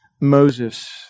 Moses